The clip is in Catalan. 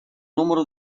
número